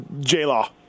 J-Law